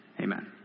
Amen